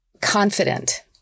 confident